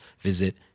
visit